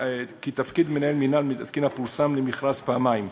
תפקיד מנהל מינהל תקינה פורסם למכרז פעמיים,